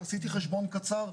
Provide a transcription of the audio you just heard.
עשיתי חשבון קצר,